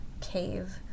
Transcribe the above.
cave